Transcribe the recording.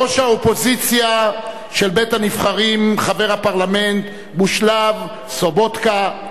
ראש האופוזיציה של בית-הנבחרים חבר הפרלמנט בושלאב סובוטקה,